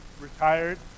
retired